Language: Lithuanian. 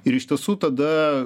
ir iš tiesų tada